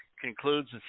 concludes